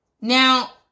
Now